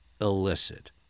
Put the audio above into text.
illicit